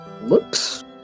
looks